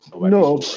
No